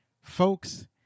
folks